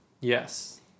Yes